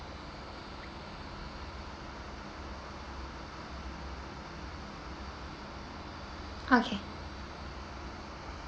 okay